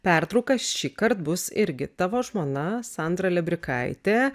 pertrauka šįkart bus irgi tavo žmona sandra lebrikaitė